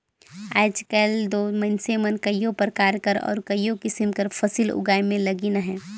आएज काएल दो मइनसे मन कइयो परकार कर अउ कइयो किसिम कर फसिल उगाए में लगिन अहें